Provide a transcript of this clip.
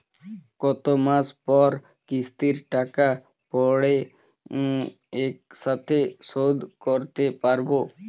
কত মাস পর কিস্তির টাকা পড়ে একসাথে শোধ করতে পারবো?